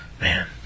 Man